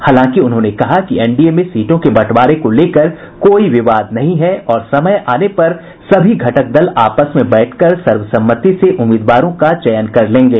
हालांकि उन्होंने कहा कि एनडीए में सीटों के बंटवारे को लेकर कोई विवाद नहीं है और समय आने पर सभी घटक दल आपस में बैठकर सर्वसम्मति से उम्मीदवारों का चयन कर लेंगे